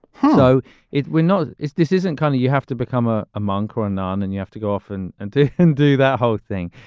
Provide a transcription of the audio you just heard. so it we know it's this isn't kind of you have to become ah a monk or a non and you have to go off and anti-hindu that whole thing.